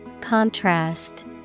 Contrast